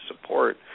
support